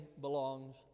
belongs